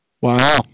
Wow